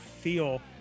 feel